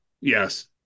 Yes